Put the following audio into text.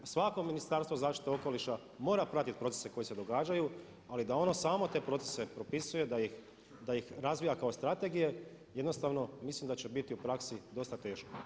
Svako Ministarstvo zaštite okoliša mora pratiti procese koji se događaju ali da ono samo te procese propisuje, da ih razvija kao strategije jednostavno mislim da će biti u praksi dosta teško.